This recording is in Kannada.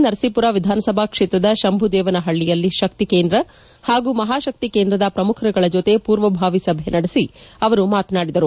ನರಸೀಪುರ ವಿಧಾನಸಭಾ ಕ್ಷೇತ್ರದ ಶಂಭುದೇವನಹಳ್ಳಿಯಲ್ಲಿ ಶಕ್ತಿ ಕೇಂದ್ರ ಹಾಗೂ ಮಹಾ ಶಕ್ತಿ ಕೇಂದ್ರದ ಪ್ರಮುಖರುಗಳ ಜೊತೆ ಪೂರ್ವಭಾವಿ ಸಭೆ ನಡೆಸಿ ಅವರು ಮಾತನಾಡಿದರು